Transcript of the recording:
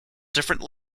different